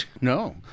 no